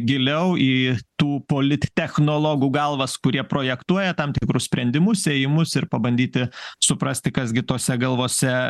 giliau į tų polittechnologų galvas kurie projektuoja tam tikrus sprendimus ėjimus ir pabandyti suprasti kas gi tose galvose